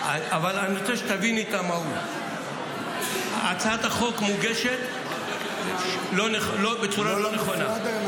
אני רוצה שתביני את המהות: הצעת החוק מוגשת בצורה לא נכונה.